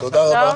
תודה רבה.